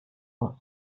aus